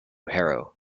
harrow